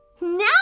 Now